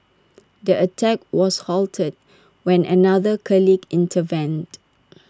the attack was halted when another colleague intervened